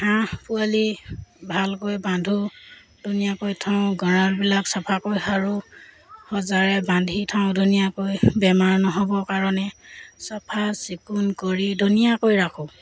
হাঁহ পোৱালি ভালকৈ বান্ধো ধুনীয়াকৈ থওঁ গঁৰালবিলাক চফাকৈ সাৰো সজাৰে বান্ধি থওঁ ধুনীয়াকৈ বেমাৰ নহ'বৰ কাৰণে চাফ চিকুণ কৰি ধুনীয়াকৈ ৰাখোঁ